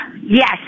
Yes